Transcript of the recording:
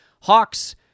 Hawks